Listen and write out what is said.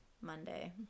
Monday